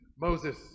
Moses